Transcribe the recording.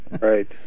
Right